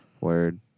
Word